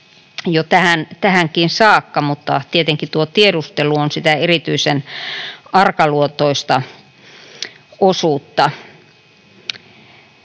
jo tähänkin saakka, mutta tietenkin tuo tiedustelu on sitä erityisen arkaluontoista osuutta.